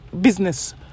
business